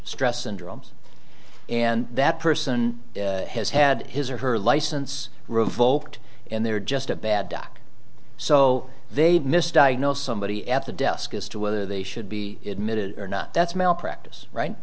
stress and drums and that person has had his or her license revoked and they're just a bad doc so they'd miss diagnose somebody at the desk as to whether they should be admitted or not that's malpractise right